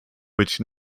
which